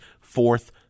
Fourth